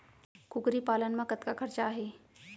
कुकरी पालन म कतका खरचा आही?